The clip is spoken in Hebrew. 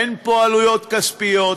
אין פה עלויות כספיות,